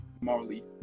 marley